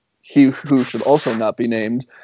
he-who-should-also-not-be-named